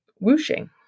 whooshing